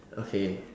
okay